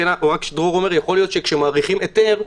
יכול להיות שכאשר מאריכים היתר,